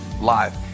live